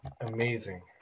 amazing